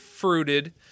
fruited